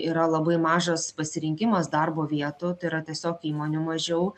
yra labai mažas pasirinkimas darbo vietų tai yra tiesiog įmonių mažiau